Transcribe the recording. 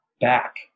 back